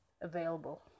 available